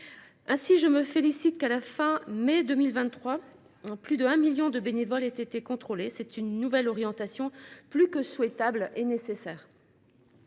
Ainsi je me félicite qu'à la fin mai 2023 ans plus de 1 million de bénévoles étaient contrôlé. C'est une nouvelle orientation plus que souhaitable et nécessaire.